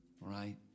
right